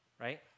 Right